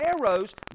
arrows